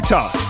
Talk